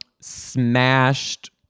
smashed